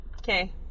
okay